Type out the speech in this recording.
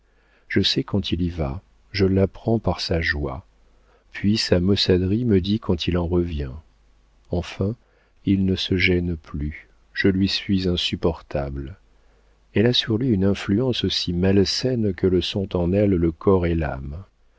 je sais quand il y va je l'apprends par sa joie puis sa maussaderie me dit quand il en revient enfin il ne se gêne plus je lui suis insupportable elle a sur lui une influence aussi malsaine que le sont en elle le corps et l'âme